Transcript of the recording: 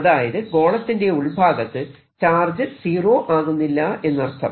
അതായത് ഗോളത്തിന്റെ ഉൾഭാഗത്ത് ചാർജ് സീറോ ആകുന്നില്ല എന്നർത്ഥം